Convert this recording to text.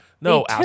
No